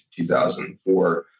2004